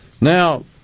Now